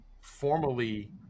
formally